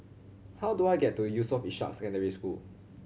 how do I get to Yusof Ishak Secondary School